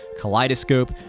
kaleidoscope